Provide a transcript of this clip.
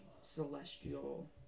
celestial